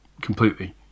completely